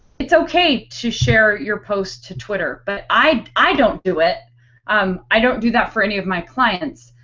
it's okay to share your post to twitter. but i. i don't do it. i'm i don't do that for any of my clients.